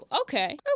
okay